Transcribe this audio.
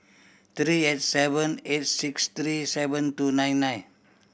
three eight seven eight six three seven two nine nine